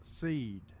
seed